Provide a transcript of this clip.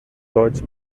deutsch